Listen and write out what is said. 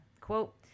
quote